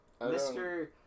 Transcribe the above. Mr